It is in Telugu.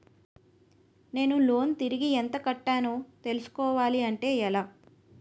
నేను లోన్ తిరిగి ఎంత కట్టానో తెలుసుకోవాలి అంటే ఎలా?